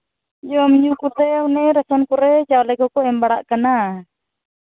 ᱡᱚᱢᱼᱧᱩ ᱠᱚᱛᱮᱫ ᱚᱱᱮ ᱨᱮᱥᱚᱢ ᱠᱚᱨᱮᱫ ᱚᱱᱮ ᱪᱟᱣᱞᱮ ᱠᱚᱠᱚ ᱮᱢ ᱵᱟᱲᱟᱜ ᱠᱟᱱᱟ